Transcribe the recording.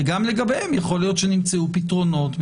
וגם לגביהם יכול להיות שנמצאו פתרונות.